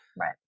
right